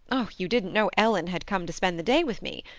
ah you didn't know ellen had come to spend the day with me?